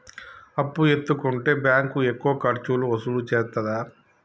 అప్పు ఎత్తుకుంటే బ్యాంకు ఎక్కువ ఖర్చులు వసూలు చేత్తదా?